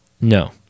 No